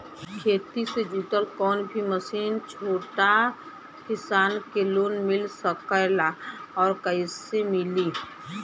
खेती से जुड़ल कौन भी मशीन छोटा किसान के लोन मिल सकेला और कइसे मिली?